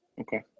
Okay